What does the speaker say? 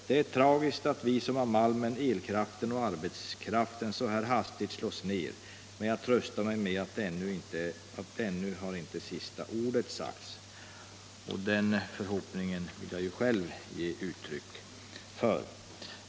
Det är tragiskt att vi som har malmen, elkraften och arbetskraften så här hastigt slås ner, men jag tröstar mej med att ännu har inte sista ordet sagts.” Den förhoppningen vill jag själv ge uttryck för.